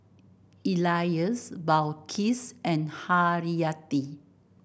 Elyas Balqis and Haryati